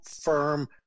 firm